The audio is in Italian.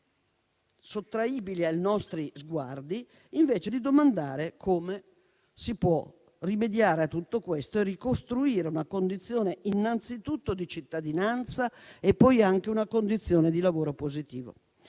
sottraibili ai nostri sguardi, invece di domandare come si può rimediare a tutto questo e ricostruire una condizione innanzitutto di cittadinanza e poi anche di lavoro positivo.